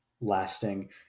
lasting